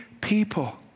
people